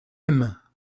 aime